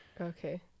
Okay